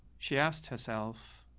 she asked herself,